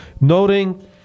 noting